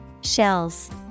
Shells